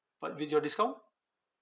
but with your discount